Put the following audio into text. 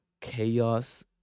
chaos